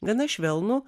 gana švelnų